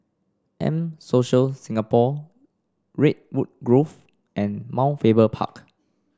M Social Singapore Redwood Grove and Mount Faber Park